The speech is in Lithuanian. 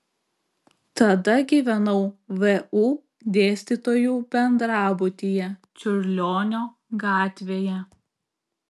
tada gyvenau vu dėstytojų bendrabutyje čiurlionio gatvėje